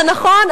זה נכון,